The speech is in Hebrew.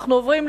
בעד,